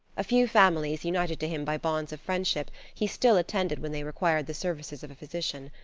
a few families, united to him by bonds of friendship, he still attended when they required the services of a physician.